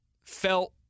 felt